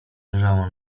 leżała